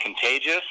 contagious